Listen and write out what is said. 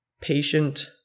patient